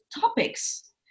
topics